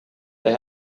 they